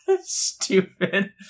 Stupid